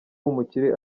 umukire